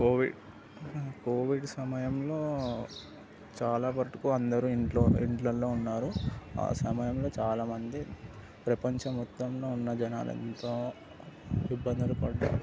Covid Covid సమయంలో చాలా మట్టుకు అందరూ ఇంట్లో ఇంట్లల్లో ఉన్నారు ఆ సమయంలో చాలామంది ప్రపంచం మొత్తంలో ఉన్న జనాలు ఎంతో ఇబ్బందులు పడ్డారు